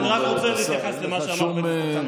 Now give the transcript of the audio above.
אני רק רוצה להתייחס למה שאמר חבר הכנסת הרצנו.